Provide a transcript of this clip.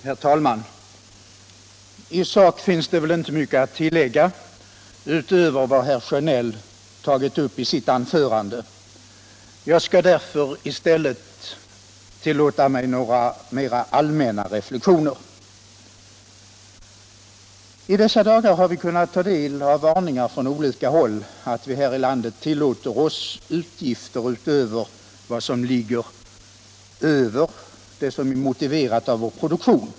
Herr talman! I sak finns väl inte mycket att tillägga till vad herr Sjönell tagit uppi sitt anförande. Jag skall därför i stället föra fram några allmänna reflexioner. - I dessa dagar har vi kunnat ta del av varningar från olika håll om att vi här i landet tillåter oss utgifter utöver vad som är motiverat av vår produktion.